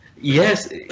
yes